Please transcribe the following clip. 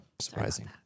Surprising